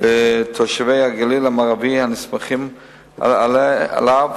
לתושבי הגליל המערבי הנסמכים עליו,